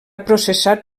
processat